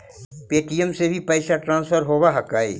Paytm से भी पैसा ट्रांसफर होवहकै?